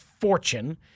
fortune